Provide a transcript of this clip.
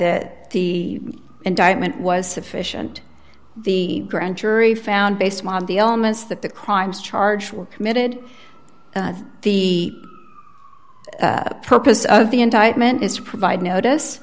that the indictment was sufficient the grand jury found based on the elements that the crimes charge were committed the purpose of the indictment is to provide notice